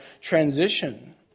transition